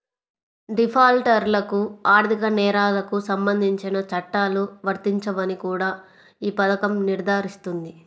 డిఫాల్టర్లకు ఆర్థిక నేరాలకు సంబంధించిన చట్టాలు వర్తించవని కూడా ఈ పథకం నిర్ధారిస్తుంది